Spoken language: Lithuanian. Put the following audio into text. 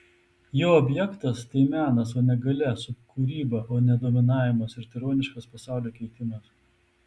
jo objektas tai menas o ne galia subkūryba o ne dominavimas ir tironiškas pasaulio keitimas